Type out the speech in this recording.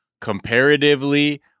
comparatively